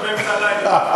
באמצע הלילה.